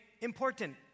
important